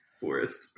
forest